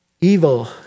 Evil